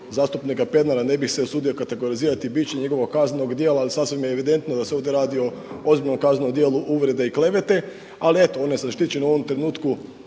zastupnika Pernara ne bih se usudio kategorizirati biće njegovog kaznenog djela, ali sasvim je evidentno da se ovdje radi o ozbiljnom kaznenom djelu uvrede i klevete. Ali eto, on je zaštićen u ovom trenutku